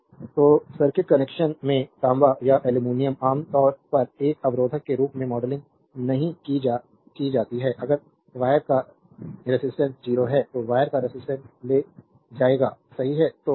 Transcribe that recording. slide time देखें 0614 तो circuit connection में तांबा या एल्यूमीनियम आमतौर पर एक अवरोधक के रूप में मॉडलिंग नहीं की जाती है अगर वायर का रेजिस्टेंस 0 है तो वायर का रेजिस्टेंस ले जाएगा सही है